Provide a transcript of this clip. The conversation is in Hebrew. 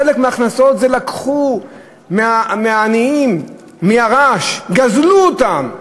חלק מההכנסות זה, לקחו מהעניים, מהרש, גזלו אותם,